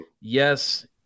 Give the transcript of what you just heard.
yes